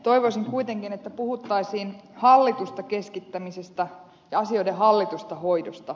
toivoisin kuitenkin että puhuttaisiin hallitusta keskittämisestä ja asioiden hallitusta hoidosta